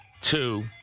two